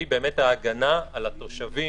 היא באמת ההגנה על התושבים,